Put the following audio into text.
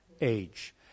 age